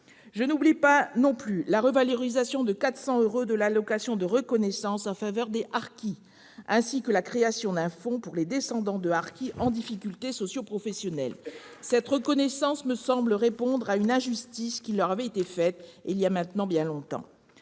Je n'oublie pas non plus la revalorisation de 400 euros de l'allocation de reconnaissance en faveur des harkis, ainsi que la création d'un fonds pour les descendants de harkis en difficulté socioprofessionnelle. Cette reconnaissance me semble répondre à une injustice qui leur a été faite il y a maintenant bien longtemps.